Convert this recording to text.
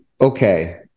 Okay